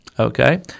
Okay